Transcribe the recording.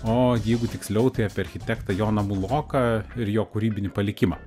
o jeigu tiksliau tai apie architektą joną muloką ir jo kūrybinį palikimą